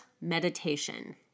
meditation